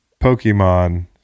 Pokemon